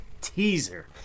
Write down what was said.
teaser